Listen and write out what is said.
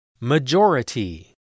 Majority